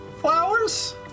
Flowers